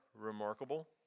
remarkable